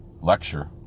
lecture